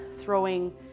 throwing